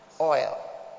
oil